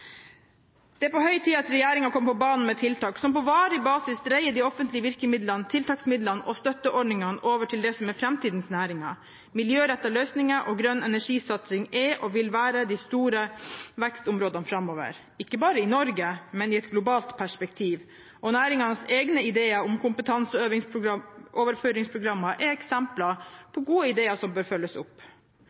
Det er på høy tid at regjeringen kommer på banen med tiltak som på varig basis dreier de offentlige virkemidlene, tiltaksmidlene og støtteordningene over til det som er framtidens næringer. Miljørettede løsninger og grønn energisatsing er, og vil være, de store vekstområdene framover, ikke bare i Norge, men i et globalt perspektiv. Næringenes egne ideer om kompetanseoverføringsprogrammer er eksempler på gode ideer som bør følges opp.